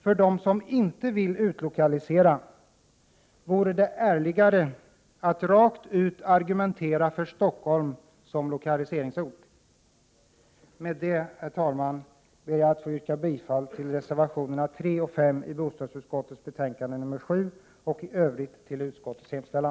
För dem som inte vill utlokalisera vore det ärligare att rakt ut argumentera för Stockholm som lokaliseringsort. 59 Herr talman! Med det anförda ber jag att få yrka bifall till reservationerna 3 och 5 i bostadsutskottets betänkande 7 och i övrigt till utskottets hemställan.